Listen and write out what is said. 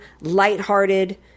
lighthearted